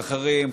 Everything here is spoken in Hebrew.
אחרים,